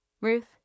Ruth